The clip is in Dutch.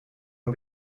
een